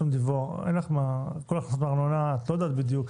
את לא יודעת בדיוק,